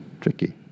tricky